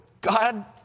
God